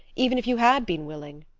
even if you had been willing.